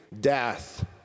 Death